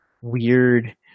weird